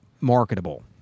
marketable